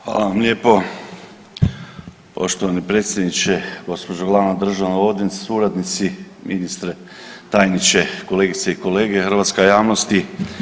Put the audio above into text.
Hvala vam lijepo poštovani predsjedniče, gospođo Glavna državna odvjetnice, suradnici, Ministri, tajniče, kolegice i kolege, Hrvatska javnosti.